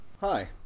Hi